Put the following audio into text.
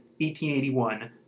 1881